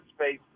space